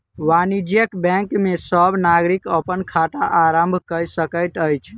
वाणिज्य बैंक में सब नागरिक अपन खाता आरम्भ कय सकैत अछि